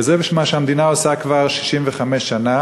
וזה מה שהמדינה עושה כבר 65 שנה.